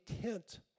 tent